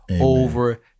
over